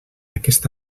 aquest